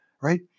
right